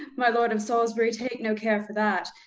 my lord of salisbury, take no care for that,